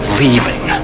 leaving